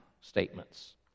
statements